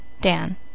Dan